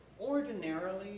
Ordinarily